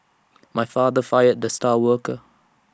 my father fired the star worker